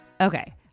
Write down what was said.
Okay